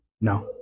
No